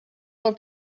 will